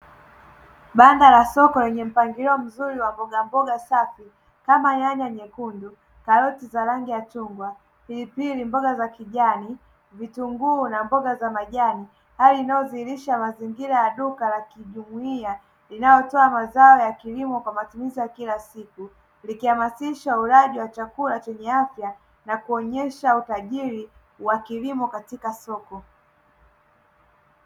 Banda la soko lenye mpangilio mzuri wa mbogamboga safi kama vile; nyanya nyekundu, karoti za rangi ya chungwa, pilipili, mboga za kijani, vitunguu na mboga za majani hali inayodhihirisha mazingira ya duka la kijumuiya linalotoa mazao ya kilimo kwa matumizi ya kila siku likihamasisha ulaji wa chakula chenye afya nakuonyesha utajiri wa kilimo katika soko.